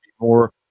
more